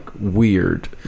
weird